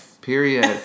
Period